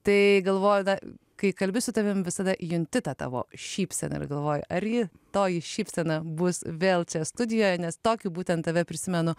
tai galvojote kai kalbi su tavimi visada junti tą tavo šypseną ir galvoji ar ji toji šypsena bus vėl čia studijoje nes tokiu būtent tave prisimenu